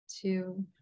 two